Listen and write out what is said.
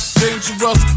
dangerous